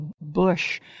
bush